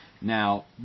Now